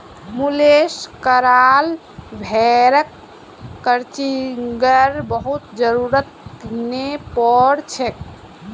मुलेस कराल भेड़क क्रचिंगेर बहुत जरुरत नी पोर छेक